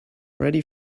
ready